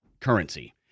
currency